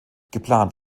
geplant